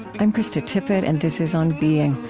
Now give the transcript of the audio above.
i'm krista tippett and this is on being.